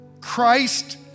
Christ